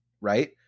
right